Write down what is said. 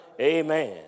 Amen